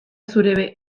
zure